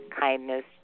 kindness